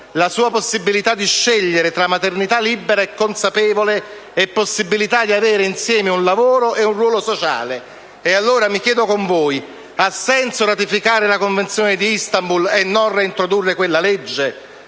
la sua possibilità di scegliere tra maternità libera e consapevole e la possibilità di avere insieme un lavoro e un ruolo sociale. Allora, mi chiedo con voi; ha senso ratificare la Convenzione di Istanbul e non reintrodurre quella legge?